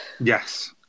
Yes